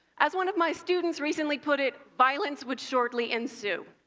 as one of my students recently put it violence would shortly ensue.